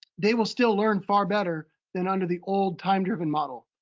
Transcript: they will still learn far better than under the old time-driven model.